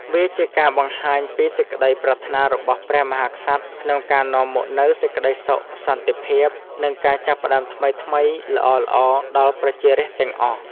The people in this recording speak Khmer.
វាជាការបង្ហាញពីសេចក្តីប្រាថ្នារបស់ព្រះមហាក្សត្រក្នុងការនាំមកនូវសេចក្តីសុខ សន្តិភាព និងការចាប់ផ្តើមថ្មីៗល្អៗដល់ប្រជារាស្ត្រទាំងអស់។